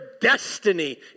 destiny